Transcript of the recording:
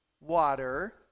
Water